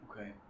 Okay